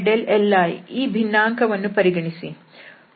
xili ಈ ಭಿನ್ನಾಂಕವನ್ನು ಪರಿಗಣಿಸಿ